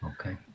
okay